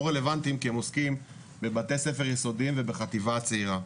רלוונטיים כי הם עוסקים בבתי ספר יסודיים ובחטיבה הצעירה.